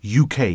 UK